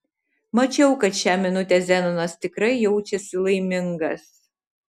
mačiau kad šią minutę zenonas tikrai jaučiasi laimingas